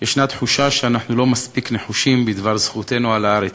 יש תחושה שאנחנו לא מספיק נחושים בדבר זכותנו על הארץ.